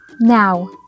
Now